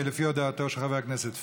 לפי הודעתו של חבר הכנסת פורר,